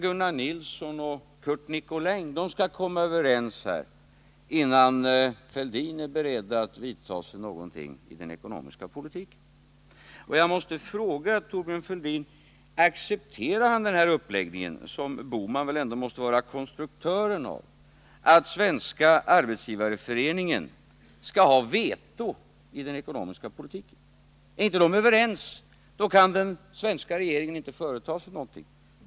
Gunnar Nilsson och Curt Nicolin skall komma överens, innan Thorbjörn Fälldin är beredd vidta någonting inom den ekonomiska politiken. Accepterar Thorbjörn Fälldin denna uppläggning, som väl Gösta Bohman måste vara konstruktören av, att Svenska arbetsgivareföreningen skall ha vetorätt i den ekonomiska politiken? Är inte Svenska arbetgivareföreningen överens om åtgärderna kan den svenska regeringen inte företa sig någonting.